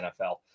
NFL